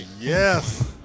yes